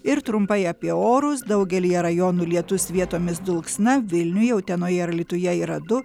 ir trumpai apie orus daugelyje rajonų lietus vietomis dulksna vilniuje utenoje ir alytuje yra du